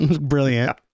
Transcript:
brilliant